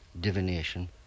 divination